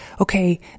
okay